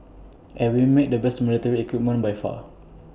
and we make the best military equipment by far